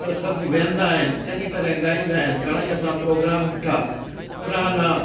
त सभु वेहंदा आहिनि चङी तरह ॻाईंदा आहिनि घणेई असां प्रोग्राम ॾिठा पुराणा